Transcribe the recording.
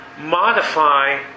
modify